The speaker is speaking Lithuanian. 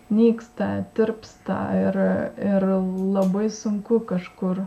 nyksta tirpsta ir ir labai sunku kažkur